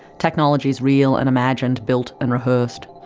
technologies real and imagined, built and rehearsed?